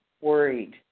worried